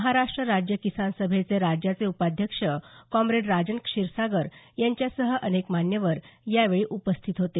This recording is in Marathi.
महाराष्ट्र राज्य किसान सभेचे राज्याचे उपाध्यक्ष कॉम्रेड राजन क्षीरसागर यांच्यासह अनेक मान्यवर यावेळी उपस्थित होते